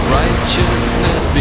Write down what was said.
righteousness